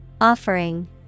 Offering